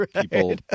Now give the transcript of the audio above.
people